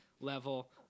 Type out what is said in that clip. level